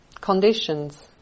conditions